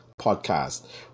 podcast